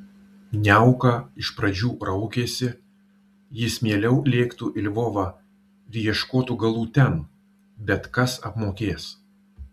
niauka iš pradžių raukėsi jis mieliau lėktų į lvovą ir ieškotų galų ten bet kas apmokės